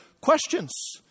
questions